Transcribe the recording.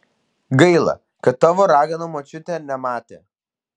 gaila kad tavo ragana močiutė nematė